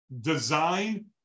design